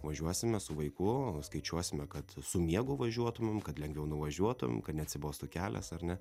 važiuosime su vaiku skaičiuosime kad su miegu važiuotumėm kad lengviau nuvažiuotum kad neatsibostų kelias ar ne